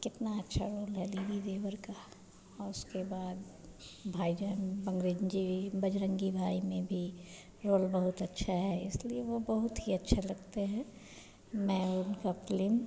कितना अच्छा रोल है दीदी देवर का और उसके बाद भाईजान बन्गरेन्जी बजरंगी भाई में भी रोल बहुत अच्छा है इसलिए वह बहुत ही अच्छे लगते हैं मैं उनकी फ़िल्म